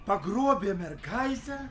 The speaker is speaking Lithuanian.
pagrobė mergaitę